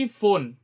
phone